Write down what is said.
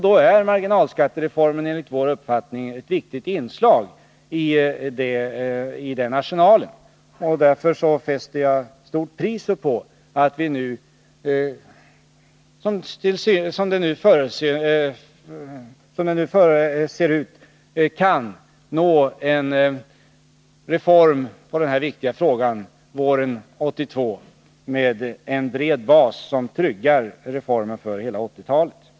Då är marginalskattereformen enligt vår uppfattning ett viktigt inslag i arsenalen. Därför sätter jag stort pris på att vi nu kan uppnå en reform i denna viktiga fråga våren 1982 på en bred bas, som tryggar reformen för hela 1980-talet.